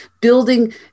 building